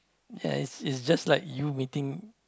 ya it's it's just like you meeting